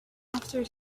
after